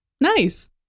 nice